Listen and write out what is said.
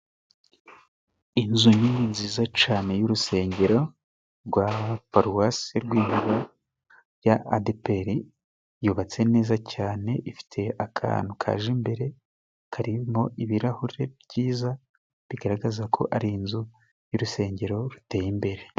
Inzu ni nziza cane y'urusengero rwa paruwasi Rwinkuba ya Adeperi yubatse neza cyane, ifite akantu kaje imbere karimo ibirahure byiza bigaragaza ko ari inzu y'urusengero ruteye imbere.